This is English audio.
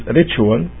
ritual